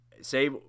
Say